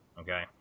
Okay